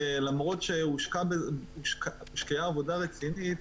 למרות שהושקעה עבודה רצינית,